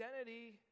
identity